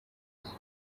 fix